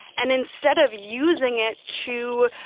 and instead of using it to,